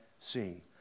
seeing